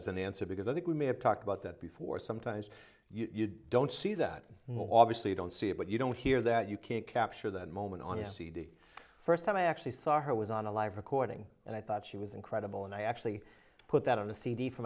as an answer because i think we may have talked about that before sometimes you don't see that obviously you don't see it but you don't hear that you can't capture that moment on a cd first time i actually saw her was on a live recording and i thought she was incredible and i actually put that on a cd for